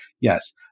Yes